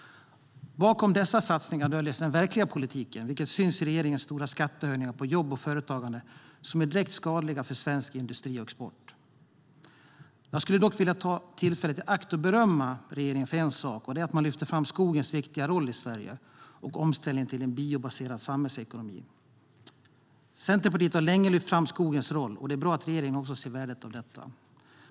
Bakom dessa satsningar döljer sig den verkliga politiken, vilket syns i regeringens stora skattehöjningar på jobb och företagande som är direkt skadliga för svensk industri. Jag skulle dock vilja ta tillfället i akt att berömma regeringen för en sak: Det är bra att man lyfter fram skogens viktiga roll i Sverige och omställningen till en biobaserad samhällsekonomi. Centerpartiet har länge lyft fram skogens roll, och det är bra att regeringen också ser värdet av detta.